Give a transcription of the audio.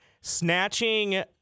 Snatching